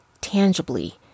tangibly